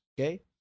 okay